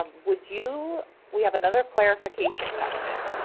um would you we have another clarification question.